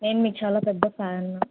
నేను మీకు చాలా పెద్ద ఫ్యాన్